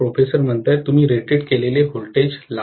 professor तुम्ही rated केलेले voltage लावा